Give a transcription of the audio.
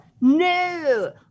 No